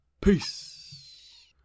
Peace